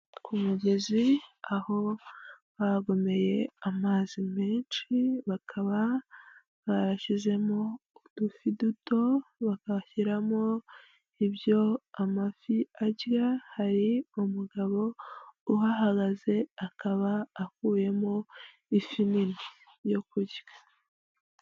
Ku mugezi aho bagomeye amazi menshi, bakaba barashyizemo udufi duto, bakashyiramo ibyo amafi arya, hari umugabo uhahagaze akaba akuyemo ifi nini yo kurya.